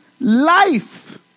life